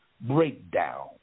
breakdown